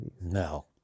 no